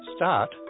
Start